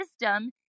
system